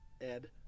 Ed